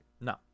No